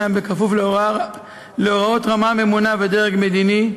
כפוף להוראות הרמה הממונה והדרג המדיני,